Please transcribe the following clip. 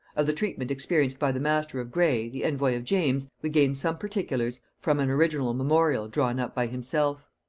of the treatment experienced by the master of gray, the envoy of james, we gain some particulars from an original memorial drawn up by himself.